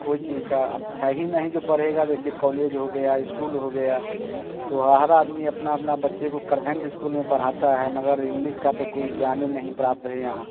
कोई चीज का है ही नहीं जो पढ़ेगा जैसे कॉलेज हो गया ईस्कूल हो गया तो हर आदमी अपना अपना बच्चे को करवेंट ईस्कूल में पढ़ाता है मगर इंग्लिस का तो कोई ज्ञान ही नहीं प्राप्त है यहाँ